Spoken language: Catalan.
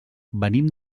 venim